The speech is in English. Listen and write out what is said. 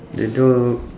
the dog